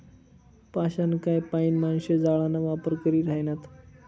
पाषाणकाय पाईन माणशे जाळाना वापर करी ह्रायनात